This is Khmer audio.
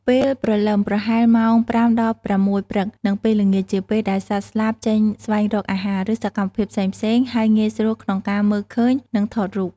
ពេលព្រលឹម ប្រហែលម៉ោង ៥ដល់៦ ព្រឹក និងពេលល្ងាច ជាពេលដែលសត្វស្លាបចេញស្វែងរកអាហារ ឬសកម្មភាពផ្សេងៗ ហើយងាយស្រួលក្នុងការមើលឃើញ និងថតរូប។